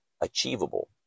Achievable